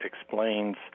explains